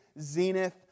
zenith